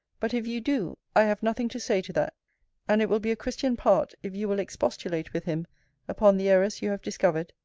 but if you do, i have nothing to say to that and it will be a christian part if you will expostulate with him upon the errors you have discovered,